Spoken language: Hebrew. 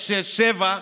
65, 67,